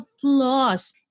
flaws